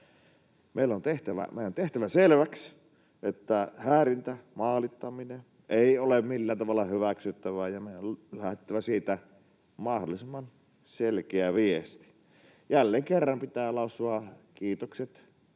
Meidän on tehtävä selväksi, että häirintä ja maalittaminen eivät ole millään tavalla hyväksyttäviä, ja meidän on lähetettävä siitä mahdollisimman selkeä viesti. Jälleen kerran pitää lausua kiitokset